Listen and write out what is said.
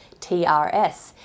TRS